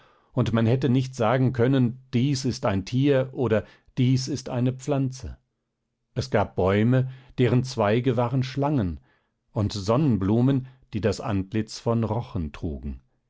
und man hätte nicht sagen können dies ist ein tier oder dies ist eine pflanze es gab bäume deren zweige waren schlangen und sonnenblumen die das antlitz von rochen trugen